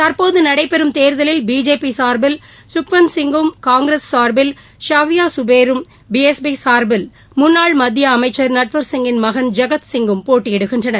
தற்போது நடைபெறும் தேர்தலில் பிஜேபி சார்பில் சுக்வந்த் சிங்கும் காங்கிரஸ் சார்பில் ஷஃபியா சுபேரும் பி எஸ் பி சாய்பில் முன்னாள் மத்திய அமைச்சர் நட்வர் சிங்கின் மகன் ஐகத் சிங்கும் போட்டயிடுகின்றனர்